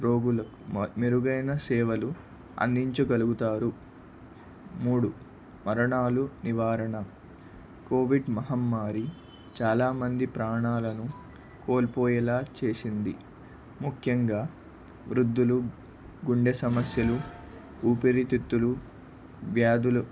రోగులు మెరుగైన సేవలు అందించగలుగుతారు మూడు మరణాలు నివారణ కోవిడ్ మహమ్మారి చాలామంది ప్రాణాలను కోల్పోయేలాగ చేసింది ముఖ్యంగా వృద్ధులు గుండె సమస్యలు ఊపిరితిత్తులు వ్యాధులు